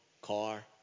car